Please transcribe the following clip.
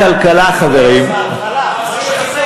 משרד הכלכלה, חברים, אי-אמון.